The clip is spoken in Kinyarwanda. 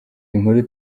nkuru